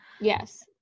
Yes